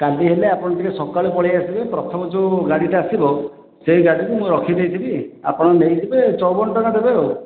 କାଲି ହେଲେ ଆପଣ ଟିକେ ସକାଳୁ ପଳେଇ ଆସିବେ ପ୍ରଥମେ ଯେଉଁ ଗାଡ଼ିଟା ଆସିବ ସେଇ ଗାଡ଼ିରୁ ମୁଁ ରଖିଦେଇଥିବି ଆପଣ ନେଇଯିବେ ଚଉବନ ଟଙ୍କା ଦେବେ ଆଉ